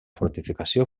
fortificació